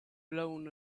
blown